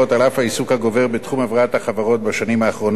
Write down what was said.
על אף העיסוק הגובר בתחום הבראת החברות בשנים האחרונות,